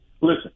Listen